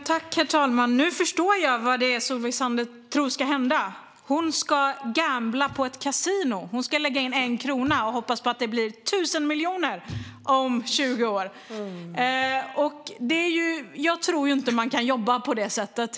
Herr talman! Nu förstår jag vad Solveig Zander tror ska hända. Hon ska gambla på ett kasino! Hon ska satsa en krona och hoppas att den blir tusen miljoner om 20 år. Jag tror inte att man kan jobba på det sättet.